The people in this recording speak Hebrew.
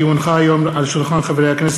כי הונחה היום על שולחן הכנסת,